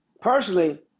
Personally